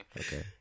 Okay